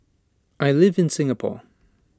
I live in Singapore